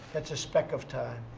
that's a speck of time.